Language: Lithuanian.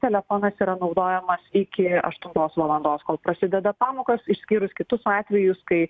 telefonas yra naudojamas iki aštuntos valandos kol prasideda pamokos išskyrus kitus atvejus kai